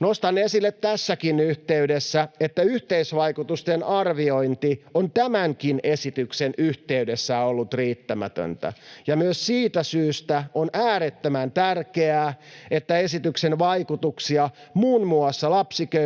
Nostan esille tässäkin yhteydessä, että yhteisvaikutusten arviointi on tämänkin esityksen yhteydessä ollut riittämätöntä, ja myös siitä syystä on äärettömän tärkeää, että esityksen vaikutuksia muun muassa lapsiköyhyyteen